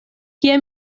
kie